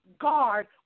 guard